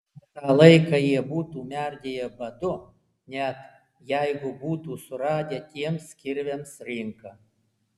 per tą laiką jie būtų merdėję badu net jeigu būtų suradę tiems kirviams rinką